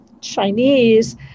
Chinese